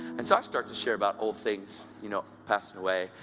and so i start to share about old things you know passing away.